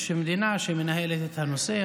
יש מדינה שמנהלת את הנושא,